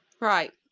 Right